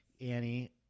annie